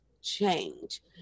change